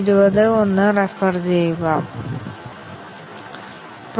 ഇപ്പോൾ നമ്മൾ A യെ സത്യമായും B തെറ്റായും സൂക്ഷിക്കുകയാണെങ്കിൽ ഫലം തെറ്റാണ്